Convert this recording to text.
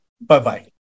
Bye-bye